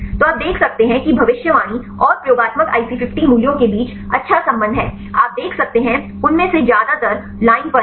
तो आप देख सकते हैं भविष्यवाणी और प्रयोगात्मक IC50 मूल्यों के बीच अच्छा संबंध है आप देख सकते हैं उनमें से ज्यादातर लाइन पर हैं